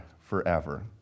forever